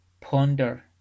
ponder